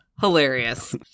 hilarious